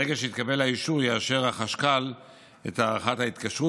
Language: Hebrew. ברגע שיתקבל האישור יאשר החשכ"ל את הארכת ההתקשרות,